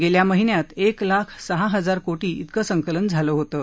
गेल्या महिन्यात एक लाख सहा हजार कोटी इतकं संकलन झालं होतं